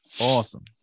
Awesome